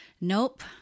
Nope